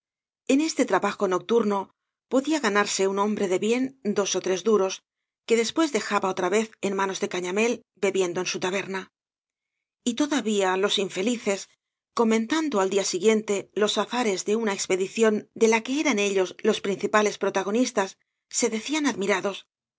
en este trabajo nocturno podía ganarse un hombre de bien dos ó tres duros que después dejaba otra vez en manos de cañamél bebiendo en su taberna t to davía los infelices comentando al día siguiente los azares de una expedición de la que eran ellos los principales protagonistas se decían admirados pero